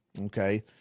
okay